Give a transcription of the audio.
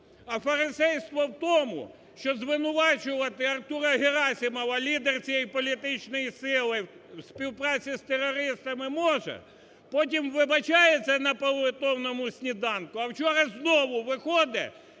А фарисейство в тому, що звинувачувати Артура Герасимова лідер цієї політичної сили у співпраці з терористами може, потім вибачається на молитовному сніданку, а вчора знову виходить